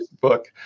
book